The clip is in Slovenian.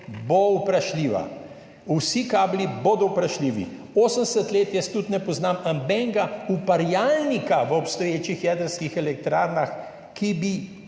bo vprašljiva, vsi kabli bodo vprašljivi. Jaz tudi ne poznam nobenega uparjalnika v obstoječih jedrskih elektrarnah, ki bi